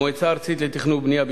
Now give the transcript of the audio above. המועצה הארצית לתכנון ולבנייה,